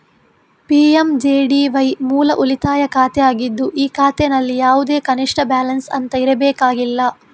PMJDY ಮೂಲ ಉಳಿತಾಯ ಖಾತೆ ಆಗಿದ್ದು ಈ ಖಾತೆನಲ್ಲಿ ಯಾವುದೇ ಕನಿಷ್ಠ ಬ್ಯಾಲೆನ್ಸ್ ಅಂತ ಇರಬೇಕಾಗಿಲ್ಲ